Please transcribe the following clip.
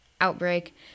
outbreak